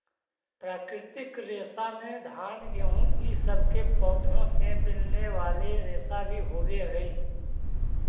प्राकृतिक रेशा में घान गेहूँ इ सब के पौधों से मिलने वाले रेशा भी होवेऽ हई